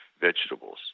vegetables